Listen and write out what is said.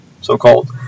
so-called